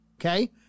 Okay